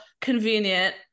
convenient